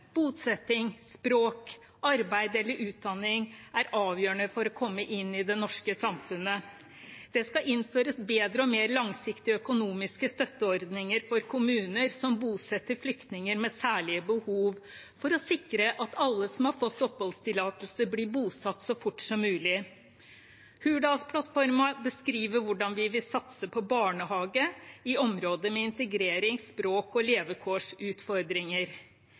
Bosetting, språk, arbeid eller utdanning er avgjørende for å komme inn i det norske samfunnet. Det skal innføres bedre og mer langsiktige økonomiske støtteordninger for kommuner som bosetter flyktninger med særlige behov, for å sikre at alle som har fått oppholdstillatelse, blir bosatt så fort som mulig. Hurdalsplattformen beskriver hvordan vi vil satse på barnehage i områder med integrerings-, språk- og levekårsutfordringer.